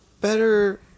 better